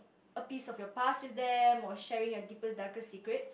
a piece of your past with them or sharing your deepest darkest secret